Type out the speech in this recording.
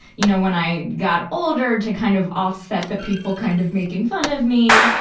you know, when i got older, to kind of offset the people kind of making fun of me.